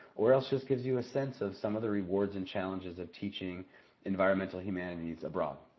or else just gives you a sense of some of the rewards and challenges of teaching environmental humanities abroad.